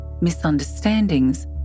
misunderstandings